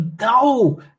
no